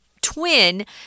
twin